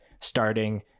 starting